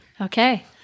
Okay